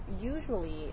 usually